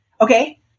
okay